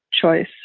choice